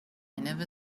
never